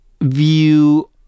view